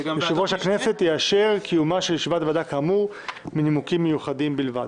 יושב-ראש הכנסת יאשר קיומה של ישיבת ועדה כאמור מנימוקים מיוחדים בלבד.